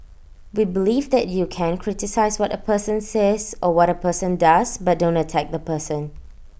we believe that you can criticise what A person says or what A person does but don't attack the person